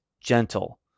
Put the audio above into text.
gentle